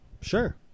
Sure